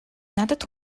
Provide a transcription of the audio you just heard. надад